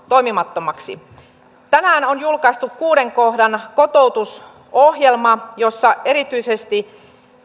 toimimattomaksi tänään on julkaistu kuuden kohdan kotoutusohjelma jossa erityisesti